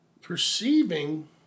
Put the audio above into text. perceiving